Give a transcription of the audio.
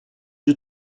you